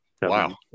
Wow